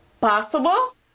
possible